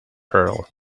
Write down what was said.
pearl